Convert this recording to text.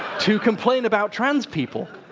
to complain about trans people.